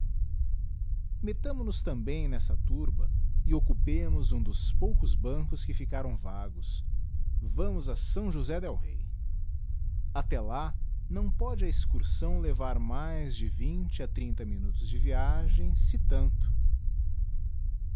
peculiar mettamo nos também nessa turba e occupemos um dos poucos bancos que ficaram vagos vamos a s josé del rey até lá não pôde a excursão levar mais de vinte a trinta minutos de viagem se tanto